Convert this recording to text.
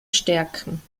stärken